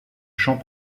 chant